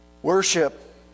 Worship